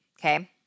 okay